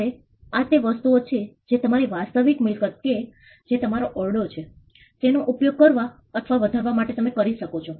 હવે આ તે વસ્તુઓ છે જે તમારી વાસ્તવિક મિલકત કે જે તમારો ઓરડો છે તેનો ઉપયોગ કરવા અથવા વધારવા માટે કરી શકો છો